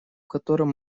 котором